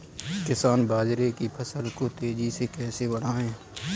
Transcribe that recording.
किसान बाजरे की फसल को तेजी से कैसे बढ़ाएँ?